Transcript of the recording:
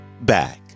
back